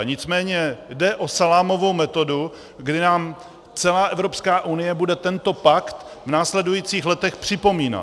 Nicméně jde o salámovou metodu, kdy nám celá Evropská unie bude tento pakt v následujících letech připomínat.